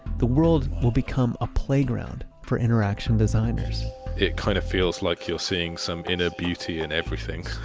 the world will become a playground for interaction designers it kind of feels like you're seeing some inner beauty in everything.